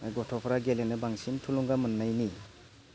गथ'फ्रा गेलेनो बांसिन थुलुंगा मोननायनि